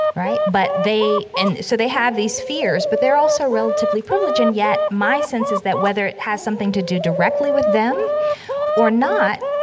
right? but they and so they have these fears, but they're also relatively privileged, and yet, my sense is that whether it has something to do directly with them or not,